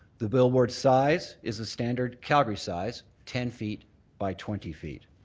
the billboard's size is a standard calgary size, ten feet by twenty feet.